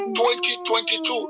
2022